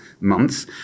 months